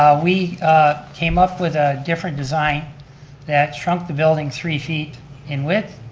ah we came up with a different design that shrunk the building three feet in width.